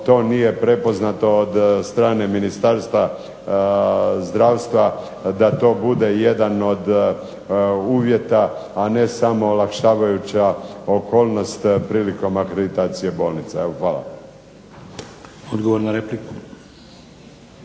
to nije prepoznato od strane Ministarstva zdravstva da to bude jedan od uvjeta a ne samo olakšavajuća okolnost prilikom akreditacije bolnica. Evo hvala.